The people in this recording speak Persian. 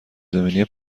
زمینی